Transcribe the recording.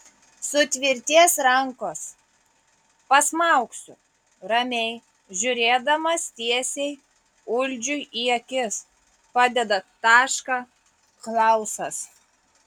sutvirtės rankos pasmaugsiu ramiai žiūrėdamas tiesiai uldžiui į akis padeda tašką klausas